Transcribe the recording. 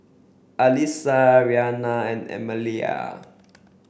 Alissa Rhianna and Emilia